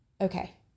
okay